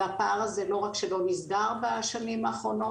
והפער הזה לא רק שלא נסגר בשנים האחרונות,